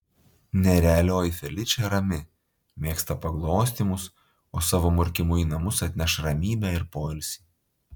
nerealioji feličė rami mėgsta paglostymus o savo murkimu į namus atneš ramybę ir poilsį